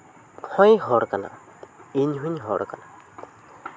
ᱦᱚᱸᱭ ᱦᱚᱲ ᱠᱟᱱᱟ ᱤᱧ ᱦᱚᱸᱧ ᱦᱚᱲ ᱠᱟᱱᱟ